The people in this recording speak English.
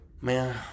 Man